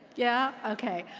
yeah? okay.